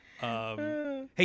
hey